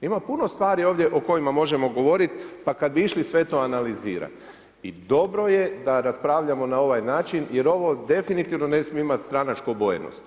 Ima puno stvari ovdje o kojima možemo govoriti, pa kad bi išli sve to analizirati i dobro je da raspravljamo na ovaj način, jer ovo definitivno ne smije imat stranačku obojenost.